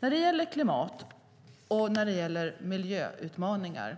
Vad gäller klimat och miljöutmaningar